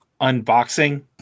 unboxing